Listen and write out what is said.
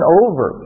over